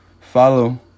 follow